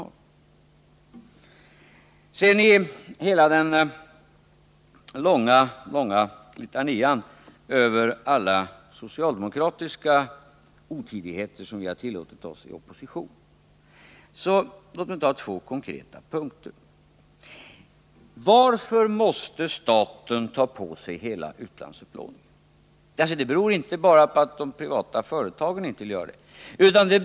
När det gäller Gösta Bohmans långa litania över alla socialdemokratiska otidigheter som vi tillåtit oss i opposition vill jag ta upp två konkreta punkter. Den första punkten gäller frågan: Varför måste staten ta på sig hela utlandsupplåningen? Det beror inte bara på att de privata företagen inte vill göra det.